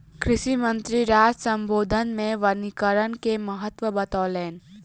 कृषि मंत्री राष्ट्र सम्बोधन मे वनीकरण के महत्त्व बतौलैन